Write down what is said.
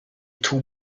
two